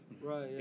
right